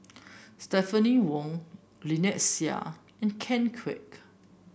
Stephanie Wong Lynnette Seah and Ken Kwek